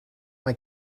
mae